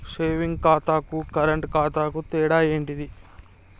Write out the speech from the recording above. Saving ఖాతాకు current ఖాతాకు తేడా ఏంటిది?